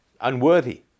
Unworthy